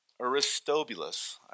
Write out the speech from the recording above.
Aristobulus